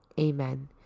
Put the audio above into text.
Amen